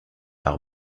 par